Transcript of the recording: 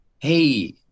Hey